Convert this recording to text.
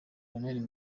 lionel